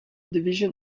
division